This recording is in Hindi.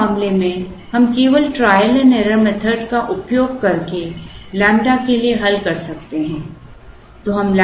तो इस मामले में हम केवल ट्रायल एंड एरर मेथड का उपयोग करके लैम्ब्डा के लिए हल कर सकते हैं